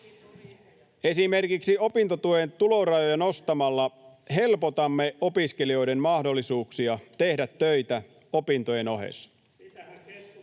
Esimerkiksi opintotuen tulorajoja nostamalla helpotamme opiskelijoiden mahdollisuuksia tehdä töitä opintojen ohessa.